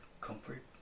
comfort